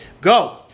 Go